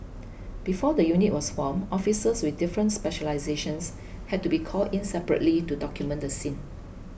before the unit was formed officers with different specialisations had to be called in separately to document the scene